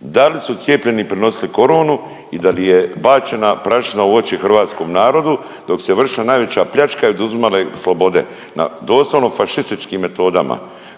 Da li cijepljeni prenosili coronu i da li je bačena prašina u oči hrvatskom narodu dok se vršila najveća pljačka i oduzimale slobode na doslovno fašističkim metodama.